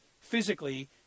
physically